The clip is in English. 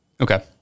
Okay